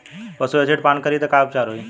पशु एसिड पान करी त का उपचार होई?